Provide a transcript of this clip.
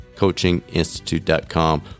coachinginstitute.com